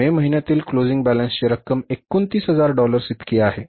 मे महिन्यातील क्लोजिंग बॅलन्सची रक्कम 29000 डॉलर्स इतकी आहे